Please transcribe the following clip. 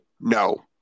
No